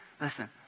Listen